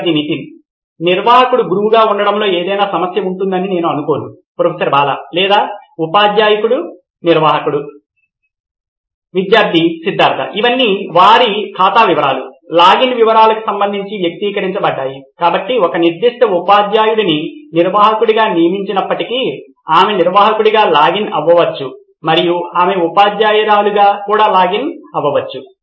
విద్యార్థి నితిన్ నిర్వాహకుడు గురువుగా ఉండటంలో ఏదైనా సమస్య ఉంటుందని నేను అనుకోను ప్రొఫెసర్ బాలా లేదా ఉపాధ్యాయుడు నిర్వాహకుడు విద్యార్థి సిద్ధార్థ్ ఇవన్నీ వారి ఖాతా వివరాలు లాగిన్ వివరాలకు సంబంధించి వ్యక్తిగతీకరించబడ్డాయి కాబట్టి ఒక నిర్దిష్ట ఉపాధ్యాయుడిని నిర్వాహకుడిగా నియమించినప్పటికీ ఆమె నిర్వాహకుడిగా లాగిన్ అవ్వవచ్చు మరియు ఆమె ఉపాధ్యాయురాలిగా కూడా లాగిన్ అవ్వవచ్చు